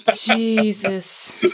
Jesus